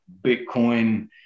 Bitcoin